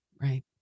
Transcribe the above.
Right